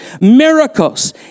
miracles